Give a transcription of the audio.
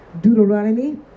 Deuteronomy